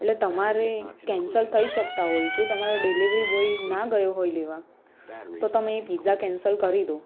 એટલે તમારે કેન્સલ થઈ શકતા હોય જો તમારા ડિલેવરી બોય ન ગયો હોય લેવા તો તમે એ પીઝા કેન્સલ કરી દો